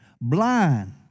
blind